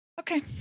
Okay